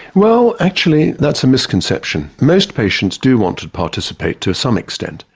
well, actually that's a misconception. most patients do want to participate to some extent.